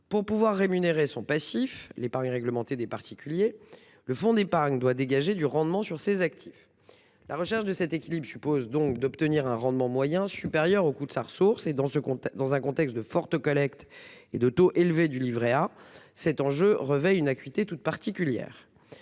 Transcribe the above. Afin de rémunérer son passif, à savoir l'épargne réglementée des particuliers, le fonds d'épargne doit dégager du rendement sur ses actifs. La recherche de cet équilibre suppose d'obtenir un rendement moyen supérieur au coût de sa ressource. Dans un contexte de forte collecte et de taux élevé du livret A, cet enjeu revêt une acuité particulière.